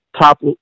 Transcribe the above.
top